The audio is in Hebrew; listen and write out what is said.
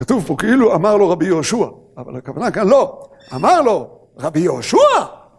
כתוב פה כאילו "אמר לו רבי יהושע", אבל הכוונה כאן לא, אמר לו: "רבי יהושע!".